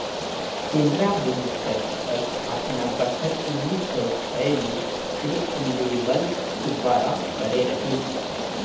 Canara bank कर अस्थापना बछर उन्नीस सव छय में श्री अम्मेम्बल सुब्बाराव करे रहिन